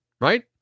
right